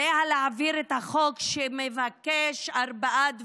עליה להעביר את החוק, שמבקש ארבעה דברים: